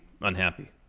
unhappy